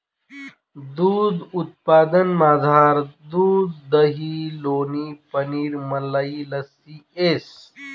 दूध उत्पादनमझार दूध दही लोणी पनीर मलई लस्सी येस